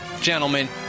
gentlemen